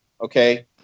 okay